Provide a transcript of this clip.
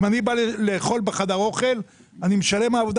אם אני בא לאכול בחדר האוכל, אני משלם על העבודה.